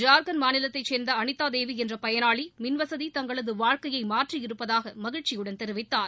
ஜார்கண்ட் மாநிலத்தை சேர்ந்த அளிதாதேவி என்ற பயனாளி மின்வசதி தங்களது வாழ்க்கையை மாற்றியிருப்பதாக மகிழ்ச்சியுடன் தெரிவித்தார்